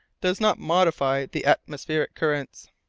does not modify the atmospheric currents.